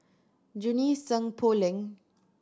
Junie Sng Poh Leng